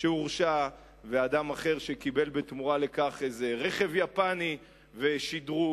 שהורשע ואדם אחר שקיבל בתמורה לכך איזה רכב יפני ושדרוג.